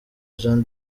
jean